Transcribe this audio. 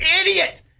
idiot